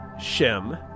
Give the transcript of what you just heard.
Shem